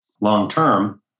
Long-term